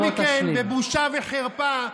ולאחר מכן, ובושה וחרפה,